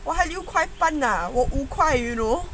!wah! 六块半 ah 我五块 euro